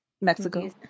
Mexico